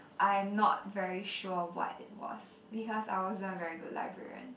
I'm not very sure what it was because I wasn't a very good librarian